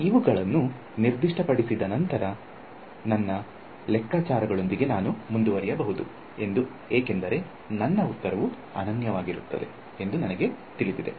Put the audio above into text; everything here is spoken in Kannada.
ಇವುಗಳನ್ನು ನಿರ್ದಿಷ್ಟಪಡಿಸಿದ ನಂತರ ನನ್ನ ಲೆಕ್ಕಾಚಾರದೊಂದಿಗೆ ನಾನು ಮುಂದುವರಿಯಬಹುದು ಎಂದು ಏಕೆಂದರೆ ನನ್ನ ಉತ್ತರವು ಅನನ್ಯವಾಗಿರುತ್ತದೆ ಎಂದು ನನಗೆ ತಿಳಿದಿದೆ